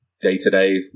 day-to-day